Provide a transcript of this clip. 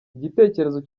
igitekerezo